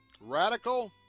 Radical